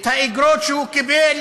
את האיגרות שהוא קיבל